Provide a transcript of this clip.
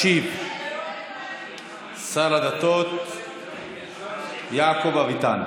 ישיב שר הדתות יעקב אביטן,